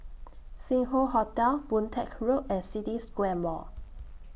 Sing Hoe Hotel Boon Teck Road and City Square Mall